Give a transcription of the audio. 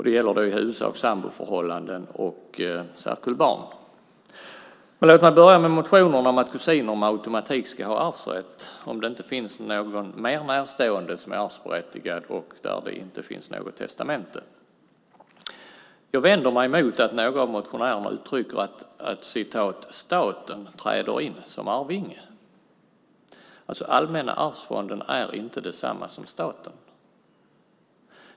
Det gäller då i huvudsak samboförhållanden och särkullbarn, Låt mig börja med motionerna om att kusiner med automatik ska ha arvsrätt, om det inte finns någon mer närstående som är arvsberättigad och det inte finns något testamente. Jag vänder mig mot att några av motionärerna uttrycker att staten träder in som arvinge. Allmänna arvsfonden är inte detsamma som staten.